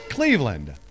Cleveland